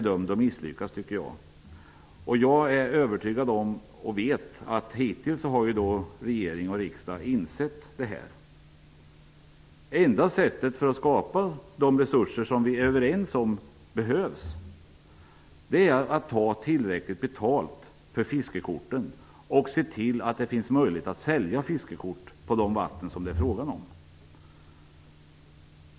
Jag tycker att den idén är dömd att misslyckas. Hittills har regering och riksdag insett detta. Det enda sättet att skapa de resurser som vi är överens om behövs är att ta tillräckligt betalt för fiskekorten och att se till att det finns möjlighet att sälja fiskekort för de vatten som det är fråga om.